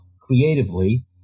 creatively